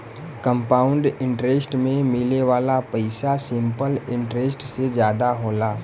compound interest में मिले वाला पइसा सिंपल इंटरेस्ट से जादा होला